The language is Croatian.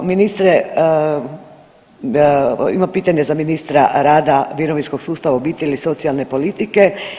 Ministre, imam pitanje za ministra rada, mirovinskog sustava, obitelji i socijalne politike.